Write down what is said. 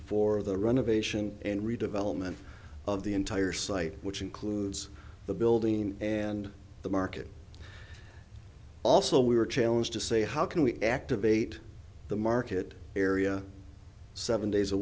for the renovation and redevelopment of the entire site which includes the building and the market also we were challenged to say how can we activate the market area seven days a